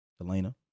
Elena